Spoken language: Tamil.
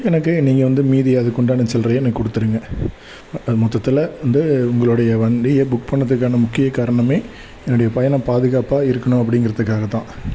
எனக்கு நீங்கள் வந்து மீதி அதுக்குண்டான சில்லறைய எனக்கு கொடுத்துருங்க அது மொத்தத்தில் வந்து உங்களுடைய வண்டியை புக் பண்ணதுக்கான முக்கிய காரணம் என்னுடைய பயணம் பாதுகாப்பாக இருக்கணும் அப்படிங்கிறதுக்காகதான்